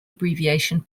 abbreviation